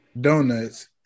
donuts